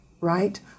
right